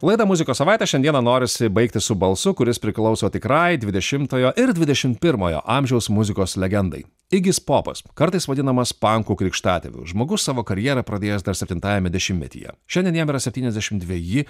laida muzikos savaitė šiandieną norisi baigti su balsu kuris priklauso tikrai dvidešimtojo ir dvidešimt pirmojo amžiaus muzikos legendai įgis popas kartais vadinamas pankų krikštatėviu žmogus savo karjerą pradėjęs dar septintajame dešimtmetyje šiandien jam yra septyniasdešimt dveji